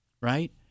right